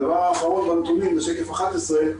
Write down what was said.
הדבר האחרון בנתונים זה שקף 11,